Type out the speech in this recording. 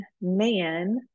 man